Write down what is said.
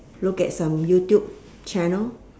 look at some youtube channel